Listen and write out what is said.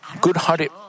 good-hearted